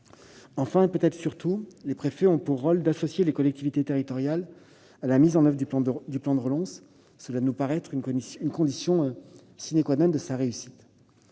Enfin, et peut-être surtout, les préfets ont pour rôle d'associer les collectivités territoriales à la mise en oeuvre du plan de relance. C'est là une condition de sa réussite.